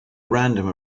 random